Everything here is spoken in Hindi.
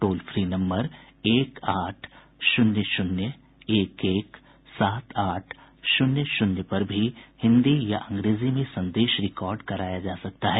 टोल फ्री नंबर एक आठ शून्य शून्य एक एक सात आठ शून्य शून्य पर भी हिंदी या अंग्रेजी में संदेश रिकॉर्ड कराया जा सकता है